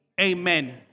Amen